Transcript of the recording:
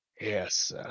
Yes